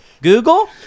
Google